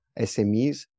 SMEs